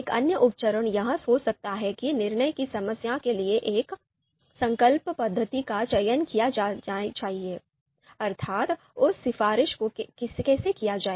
एक अन्य उप चरण यह हो सकता है कि निर्णय की समस्या के लिए एक संकल्प पद्धति का चयन किया जाना चाहिए अर्थात् उस सिफारिश को कैसे किया जाए